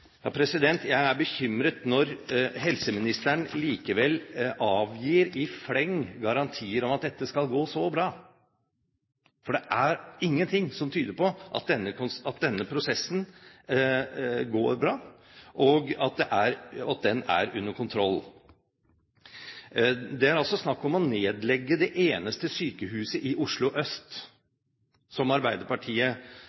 Jeg er bekymret når helseministeren likevel avgir garantier i fleng om at dette skal gå så bra, for det er ingenting som tyder på at denne prosessen går bra, og at den er under kontroll. Det er altså snakk om å nedlegge det eneste sykehuset i Oslo